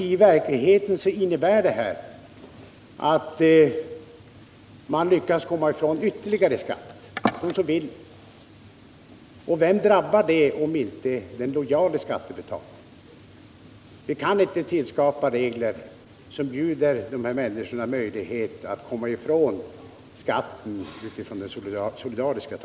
I verkligheten innebär det här förslaget att den som så vill lyckas smita ifrån ytterligare skatt, men vem drabbar detta, om inte just den lojale skattebetalaren? Vi kan inte, med tanke på solidariteten, tillskapa regler som erbjuder sådana människor möjligheter att låta bli att betala skatt.